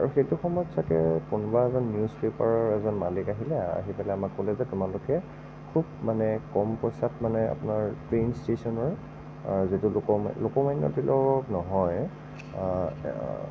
আৰু সেইটো সময়ত চাগে কোনোবা এজন নিউজ পেপাৰৰ এজন মালিক আহিলে আহি পেলাই আমাক ক'লে যে তোমালোকে খুব মানে কম পইচাত মানে আপোনাৰ ট্ৰেইন ষ্টেচনৰ যিটো লোক লোকমান্য তিলক নহয়